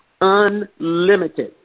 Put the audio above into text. unlimited